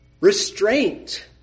Restraint